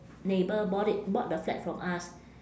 neighbour bought it bought the flat from us